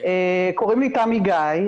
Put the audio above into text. קוראים לי תמי גיא,